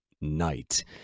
night